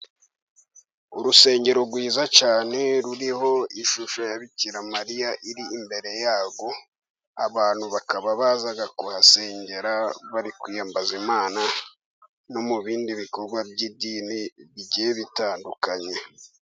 Urusengero rwiza cyane ruriho ishusho ya bikiramariya, irimbere y'abantu bakaba baza kuhasengera bari kwiyambaza Imana no mu bindi bikorwa by'idini bigiye bitandukanye.